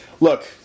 Look